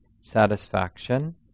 satisfaction